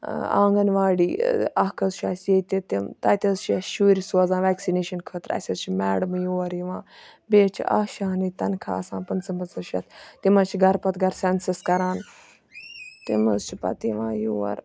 آنٛگَن واڈی اکھ حظ چھُ اَسہِ ییٚتہِ تِم تَتہِ حظ چھِ اَسہِ شُرۍ سوزان ویٚکسِنیشَن خٲطرٕ اَسہِ حظ چھِ میڈمہ یور یِوان بییٚہِ حظ چھِ آشاہَن ییٚتہِ تَنخاہ آسان پٕنٛژٕہ پٕنٛژٕہ شَتھ تِم حظ چھِ گَرٕ پَتہٕ گَرٕ سیٚنسَس کَران تِم حظ چھِ پَتہٕ یِوان یور